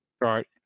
right